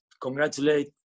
congratulate